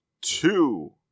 two